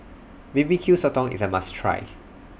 B B Q Sotong IS A must Try